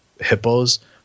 hippos